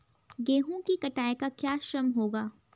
गेहूँ की कटाई का क्या श्रम होगा?